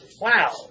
wow